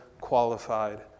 qualified